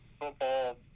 football